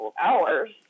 hours